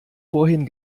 vorhin